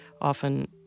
often